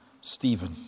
Stephen